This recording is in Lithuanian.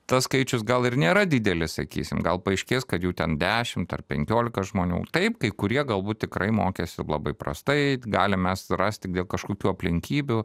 tas skaičius gal ir nėra didelis sakysim gal paaiškės kad jų ten dešimt ar penkiolika žmonių taip kai kurie galbūt tikrai mokėsi labai prastai galim mes rasti dėl kažkokių aplinkybių